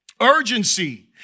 Urgency